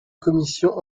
commission